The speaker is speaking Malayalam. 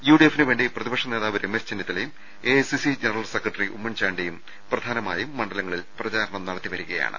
യു ഡി എഫിനുവേണ്ടി പ്രതിപക്ഷനേതാവ് രമേശ് ചെന്നിത്തലയും A I C C general secretary ഉമ്മൻചാണ്ടിയും പ്രധാനമായും മണ്ഡലങ്ങളിൽ പ്രചാരണം നടത്തി വരികയാണ്